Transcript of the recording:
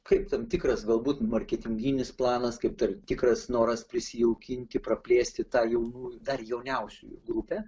kaip tam tikras galbūt marketinginis planas kaip tam tikras noras prisijaukinti praplėsti tą jaunų dar jauniausiųjų grupę